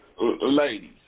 Ladies